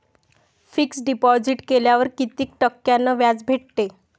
Fix deposit केल्यावर कितीक टक्क्यान व्याज भेटते?